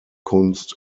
kunst